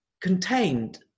contained